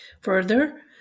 Further